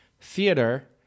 theater